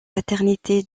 paternité